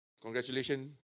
Congratulations